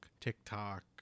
TikTok